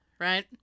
right